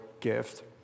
gift